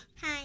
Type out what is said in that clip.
Hi